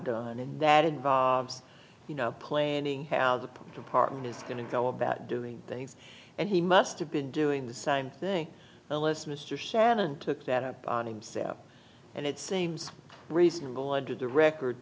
done and that involves you know planning how the police department is going to go about doing things and he must have been doing the same thing unless mr shannon took that up on him self and its aims reasonable under the record